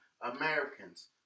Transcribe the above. Americans